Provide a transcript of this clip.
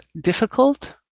difficult